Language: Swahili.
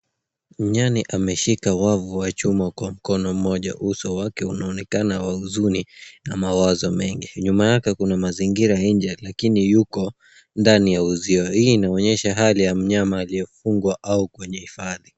Nyani ameshika wavu wa chuma kwa mkono mmoja. Uso wake unaonekana wa huzuni na mawazo mengi. Nyuma yake kuna mazingira ya nje lakini yuko ndani ya uzio. Hii inaonyesha hali ya mnyama aliyefungwa au kwenye hifadhi.